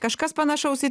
kažkas panašaus į